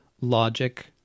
logic